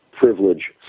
Privilege